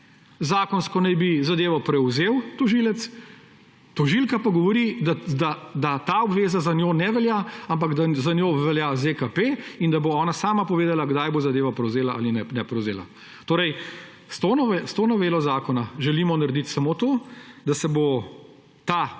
zakonsko naj bi zadevo prevzel tožilec, tožilka pa govori, da ta obveza za njo ne velja, ampak da za njo velja ZKP in da bo ona sama povedala, kdaj bo zadevo prevzela ali je ne prevzela. S to novelo zakona želimo narediti samo to, da se bo ta